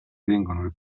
vengono